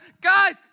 Guys